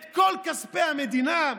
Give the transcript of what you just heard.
את כל כספי המדינה.